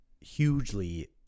hugely